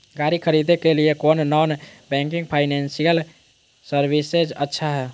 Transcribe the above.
गाड़ी खरीदे के लिए कौन नॉन बैंकिंग फाइनेंशियल सर्विसेज अच्छा है?